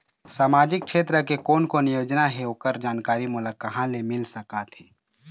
सामाजिक क्षेत्र के कोन कोन योजना हे ओकर जानकारी मोला कहा ले मिल सका थे?